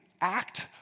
act